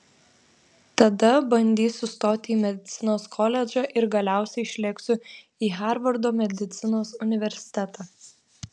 tada bandysiu stoti į medicinos koledžą ir galiausiai išlėksiu į harvardo medicinos universitetą